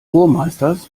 burmeisters